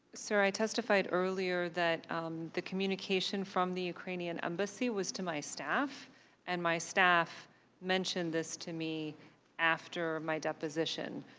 sir i testified earlier that the communication from the ukrainian embassy was to my staff and my staff mentioned this to me after my deposition.